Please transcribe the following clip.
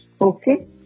Okay